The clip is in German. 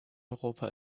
europa